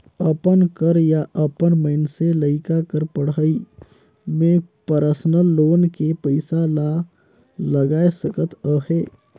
अपन कर या अपन मइनसे लइका कर पढ़ई में परसनल लोन के पइसा ला लगाए सकत अहे